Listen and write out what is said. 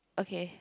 okay